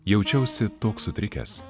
jaučiausi toks sutrikęs